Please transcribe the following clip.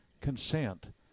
consent